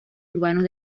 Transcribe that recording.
urbanos